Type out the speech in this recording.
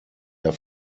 der